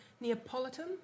Neapolitan